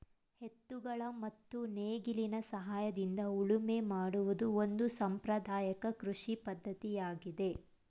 ಎತ್ತುಗಳ ಮತ್ತು ನೇಗಿಲಿನ ಸಹಾಯದಿಂದ ಉಳುಮೆ ಮಾಡುವುದು ಒಂದು ಸಾಂಪ್ರದಾಯಕ ಕೃಷಿ ಪದ್ಧತಿಯಾಗಿದೆ